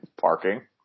Parking